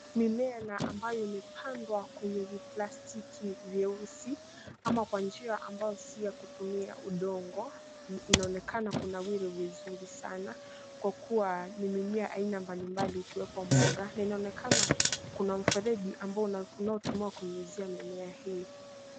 Mimea na ambayo imepandwa kwenye viplastiki vyeusi ama kwa njia ambayo si ya kutumia udongo inaonekana kunawiri vizuri sana kwa kua ni mimea aina mbalimbali ikiwepo mboga na inaonekana kuna mfereji ambao unatumia kunyunyizia mimea hii.